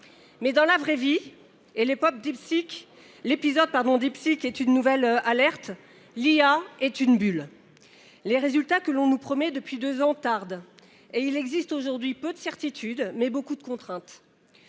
Mais, dans la vraie vie – l’épisode DeepSeek en est l’illustration –, l’IA est une bulle. Les résultats que l’on nous promet depuis deux ans tardent. Il existe aujourd’hui peu de certitudes, mais beaucoup de contraintes.